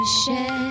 share